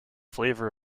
flavor